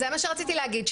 זה מה שרציתי להגיד,